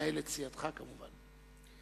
מנהלת סיעתך, כמובן.